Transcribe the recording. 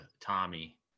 Tommy